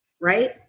Right